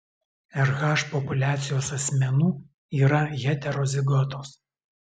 rh populiacijos asmenų yra heterozigotos